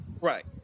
Right